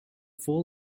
full